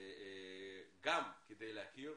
גם כדי להכיר,